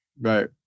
Right